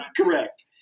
Correct